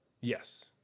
Yes